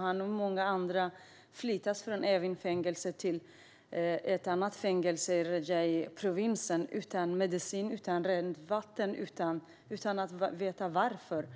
Han och många andra har flyttats från Evin-fängelset till Rajai Shahr-fängelset utan medicin och rent vatten och utan att veta varför.